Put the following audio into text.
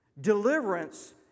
Deliverance